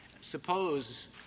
Suppose